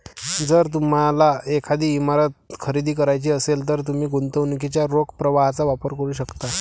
जर तुम्हाला एखादी इमारत खरेदी करायची असेल, तर तुम्ही गुंतवणुकीच्या रोख प्रवाहाचा वापर करू शकता